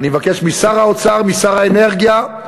אני מבקש משר האוצר, משר האנרגיה,